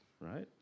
right